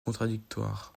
contradictoires